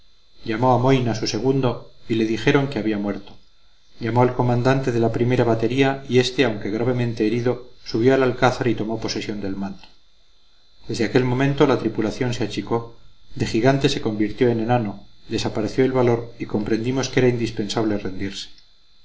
a moyna su segundo y le dijeron que había muerto llamó al comandante de la primera batería y éste aunque gravemente herido subió al alcázar y tomó posesión del mando desde aquel momento la tripulación se achicó de gigante se convirtió en enano desapareció el valor y comprendimos que era indispensable rendirse